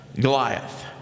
Goliath